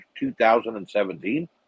2017